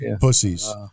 Pussies